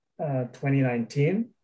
2019